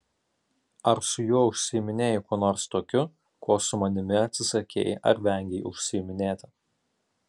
ar su juo užsiiminėjai kuo nors tokiu kuo su manimi atsisakei ar vengei užsiiminėti